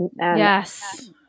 Yes